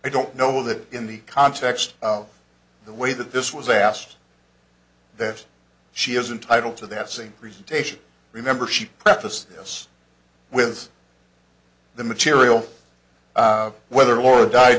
i don't know that in the context of the way that this was asked that she has entitle to that same reason taisha remember she practiced this with the material whether or die